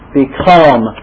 become